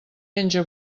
menja